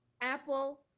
Apple